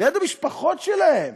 ליד המשפחות שלהם,